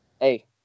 Hey